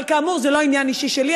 אבל כאמור, זה לא עניין אישי שלי.